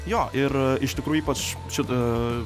jo ir iš tikrųjų ypač šito